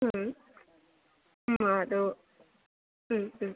ഉം ഉം ആ അത് ഉം ഉം